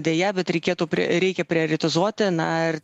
deja bet reikėtų reikia prioretizuoti na ir